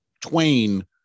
Twain